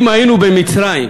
אם היינו במצרים,